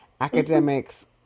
Academics